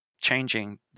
changing